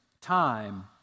time